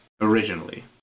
originally